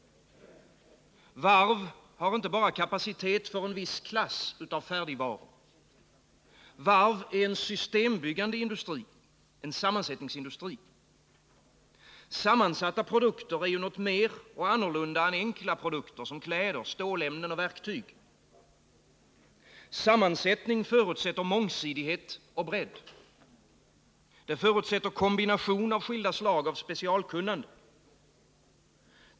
Varv har inte bara kapacitet för en viss klass av färdigvaror. Varv är en systembyggande industri, en sammansättningsindustri. Sammansatta produkter är något mer och annorlunda än enkla produkter som kläder, stålämnen och verktyg. Sammansättning förutsätter mångsidighet och bredd. Det förutsätter kombination av skilda slag av specialkunnande.